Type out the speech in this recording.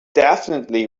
definitely